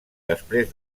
després